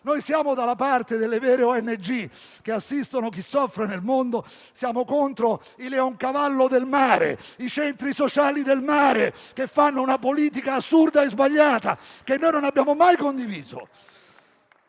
Noi siamo dalla parte delle vere ONG che assistono chi soffre nel mondo. Siamo contro i Leoncavallo del mare, i centri sociali del mare, che fanno una politica assurda e sbagliata, da noi mai condivisa.